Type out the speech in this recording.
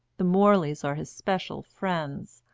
the morleys are his special friends,